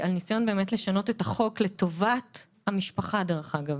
הניסיון לשנות את החוק, לטובת המשפחה דרך אגב